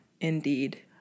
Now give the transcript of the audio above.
Indeed